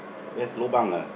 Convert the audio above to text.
best lobang ah